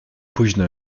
późno